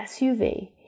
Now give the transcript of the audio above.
SUV